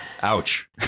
Ouch